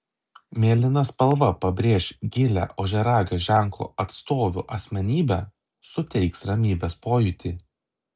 mėlyna spalva pabrėš gilią ožiaragio ženklo atstovių asmenybę suteiks ramybės pojūtį